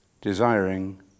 desiring